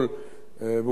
ואולי אפילו לא,